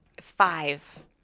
five